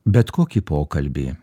bet kokį pokalbį